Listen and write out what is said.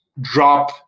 drop